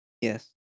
Yes